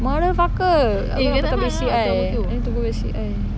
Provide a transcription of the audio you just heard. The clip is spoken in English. motherfucker aku nak patah balik C_I I need to go back C_I